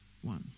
one